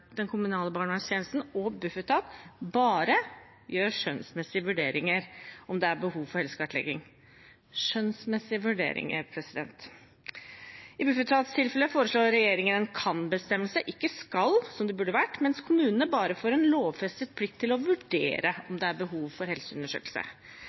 Bufetat bare gjør skjønnsmessige vurderinger av om det er behov for helsekartlegging – skjønnsmessige vurderinger! I Bufetats tilfelle foreslår regjeringen kan-bestemmelser, ikke skal-bestemmelser, som det burde vært, mens kommunene bare får en lovfestet plikt til å vurdere